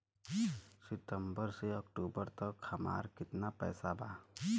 सितंबर से अक्टूबर तक हमार कितना पैसा बा?